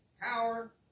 power